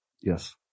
Yes